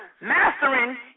mastering